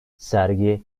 sergi